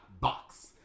box